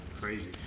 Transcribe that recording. crazy